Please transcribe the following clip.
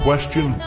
Question